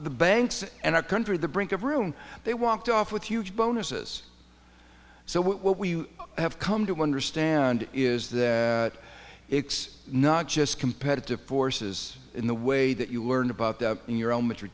the banks and a country the brink of room they walked off with huge bonuses so what we have come to understand is that it's not just competitive forces in the way that you learned about in your own m